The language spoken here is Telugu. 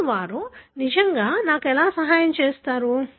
ఇప్పుడు వారు నిజంగా నాకు ఎలా సహాయం చేస్తారు